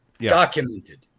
documented